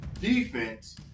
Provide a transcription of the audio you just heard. defense